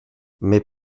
mes